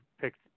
picked